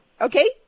Okay